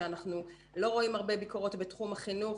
שאנחנו לא רואים הרבה ביקורות בתחום החינוך.